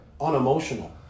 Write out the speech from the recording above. unemotional